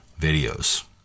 videos